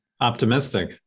optimistic